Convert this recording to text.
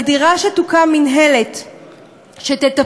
היא מגדירה שתוקם מינהלת שתטפל,